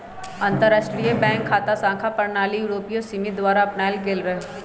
अंतरराष्ट्रीय बैंक खता संख्या प्रणाली यूरोपीय समिति द्वारा अपनायल गेल रहै